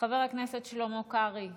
חבר הכנסת שלמה קרעי,